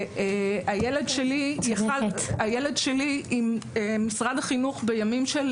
הילד שלי, אם משרד החינוך בימים של